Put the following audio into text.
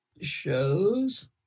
shows